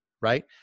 right